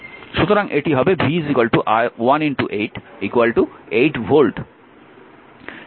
সুতরাং এটি হবে v 18 8 ভোল্ট